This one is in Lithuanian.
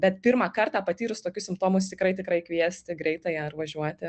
bet pirmą kartą patyrus tokius simptomus tikrai tikrai kviesti greitąją ir važiuoti